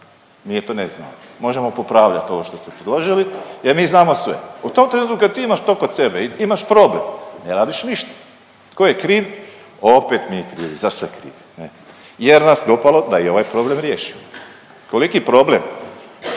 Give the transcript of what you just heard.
se ne razumije./…možemo popravljat ovo što ste predložili jer mi znamo sve. U tom trenutku kad ti imaš to kod sebe i imaš problem, ne radiš ništa. Tko je kriv? Opet mi krivi, za sve krivi ne, jer nas dopalo da i ovaj problem riješimo. Koliki problem?